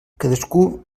cadascú